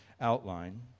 outline